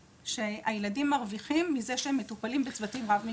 שהילדים מרוויחים מזה שהם מטופלים בצוותים רב מקצועיים.